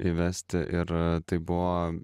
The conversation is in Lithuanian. įvesti ir tai buvo